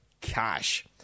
cash